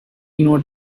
not